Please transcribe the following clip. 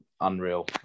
unreal